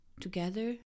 Together